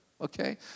Okay